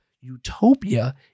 Utopia